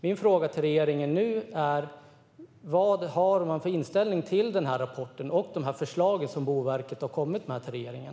Min fråga till regeringen är: Vad har man för inställning till rapporten och de förslag som Boverket har kommit med till regeringen?